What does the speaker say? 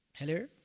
Hello